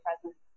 presence